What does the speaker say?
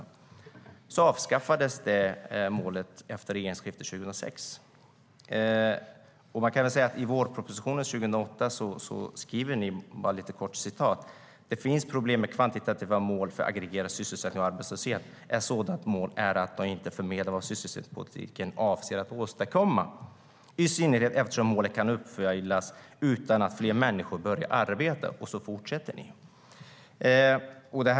Detta mål avskaffades efter regeringsskiftet 2006.I vårpropositionen 2008 skriver ni: "Det finns problem med kvantitativa mål för aggregerad sysselsättning och arbetslöshet. Ett sådant problem är att de inte förmedlar vad sysselsättningspolitiken avser att åstadkomma, i synnerhet eftersom målen kan uppfyllas utan att fler människor börjar arbeta." Och ni fortsätter efter det.